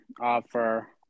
offer